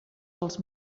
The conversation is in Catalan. dels